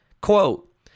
Quote